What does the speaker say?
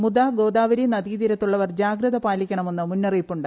മുതാ ഗോദാവരി നദീതീരത്തുള്ളവർ ജാഗ്രത പാലിക്കണമെന്ന് മുന്നറിയിപ്പുണ്ട്